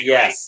Yes